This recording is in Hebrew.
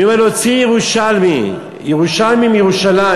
אני אומר: להוציא ירושלמי, ירושלמי מירושלים,